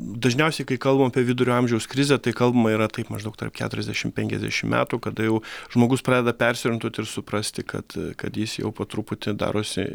dažniausiai kai kalbam apie vidurio amžiaus krizę tai kalbama yra taip maždaug tarp keturiasdešimt penkiasdešimt metų kada jau žmogus pradeda persiorientuoti ir suprasti kad kad jis jau po truputį darosi